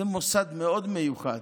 זה מוסד מאוד מיוחד.